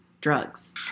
drugs